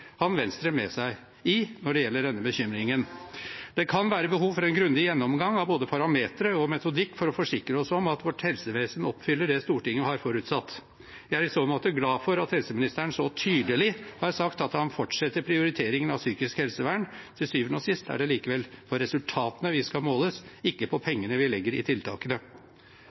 Venstre med seg i denne bekymringen. Det kan være behov for en grundig gjennomgang av både parametere og metodikk for å forsikre oss om at vårt helsevesen oppfyller det Stortinget har forutsatt. Jeg er i så måte glad for at helseministeren så tydelig har sagt at han fortsetter prioriteringen av psykisk helsevern. Til syvende og sist er det likevel på resultatene vi skal måles – ikke på pengene vi legger i tiltakene.